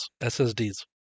SSDs